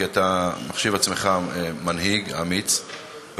כי אתה מחשיב עצמך מנהיג אמיץ,